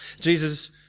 Jesus